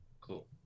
cool